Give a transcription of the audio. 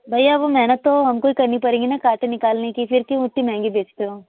भैया वह मेहनत तो हमको ही करनी पड़ेगी ना काँटे निकालने की फिर क्यों इतनी महँगी बेचते हो